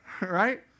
right